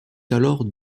alors